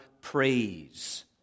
praise